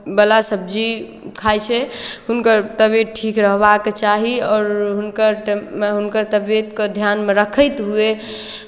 वला सब्जी खाइत छै हुनकर तबियत ठीक रहबाक चाही आओर हुनकर टे हुनकर तबियतकेँ ध्यानमे रखैत हुए